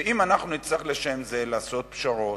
ואם נצטרך לשם זה לעשות פשרות,